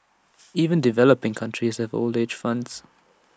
even developing countries have old age funds